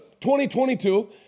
2022